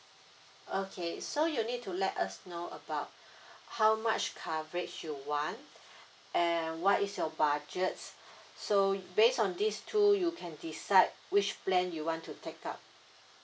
okay so you need to let us know about how much coverage you want and what is your budgets so based on this two you can decide which plan you want to take up